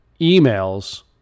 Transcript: emails